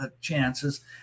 chances